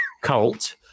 cult